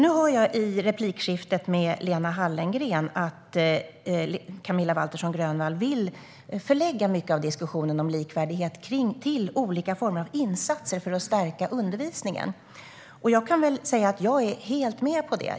Nu hörde jag i replikskiftet med Lena Hallengren att Camilla Waltersson Grönvall vill förlägga mycket av diskussionen om likvärdighet till olika former av insatser för att stärka undervisningen. Och jag är helt med på det.